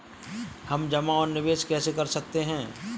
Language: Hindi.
हम जमा और निवेश कैसे कर सकते हैं?